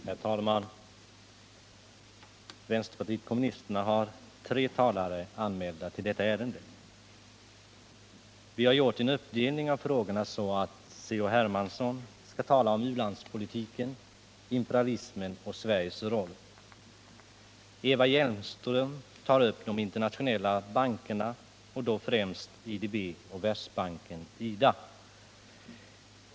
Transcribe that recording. Herr talman! Vänsterpartiet kommunisterna har tre talare anmälda i detta ärende. Vi har gjort en uppdelning av frågorna så, att C.-H. Hermansson skall tala om u-landspolitiken, imperialismen och Sveriges roll. Eva Hjelmström tar upp de internationella bankerna, och då främst IDB och Världsbanken/ IDA.